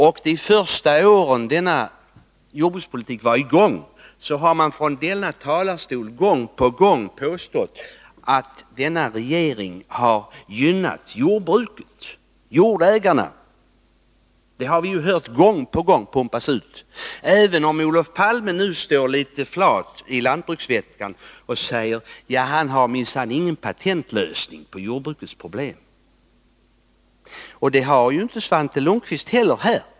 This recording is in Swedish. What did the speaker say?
Under de första åren som denna jordbrukspolitik tillämpades påstod man gång på gång från denna talarstol att den här regeringen har gynnat jordbrukarna. Det har vi gång på gång hört pumpas ut, även om Olof Palme nu står litet flat under lantbruksveckan och säger att han minsann inte har någon patentlösning på jordbrukets problem. Det har ju inte Svante Lundkvist heller.